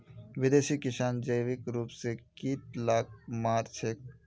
विदेशी किसान जैविक रूप स कीट लाक मार छेक